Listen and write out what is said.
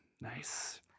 nice